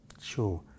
Sure